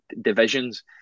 divisions